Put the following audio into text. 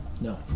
No